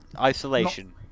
Isolation